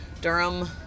Durham